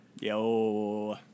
Yo